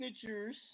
signatures